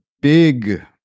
big